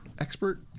expert